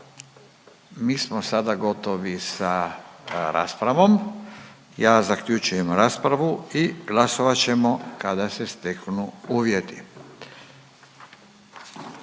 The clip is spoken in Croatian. Mi smo sada gotovi sa raspravom, ja zaključujem raspravu i glasovat ćemo kada se steknu uvjeti.